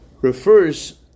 refers